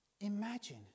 Imagine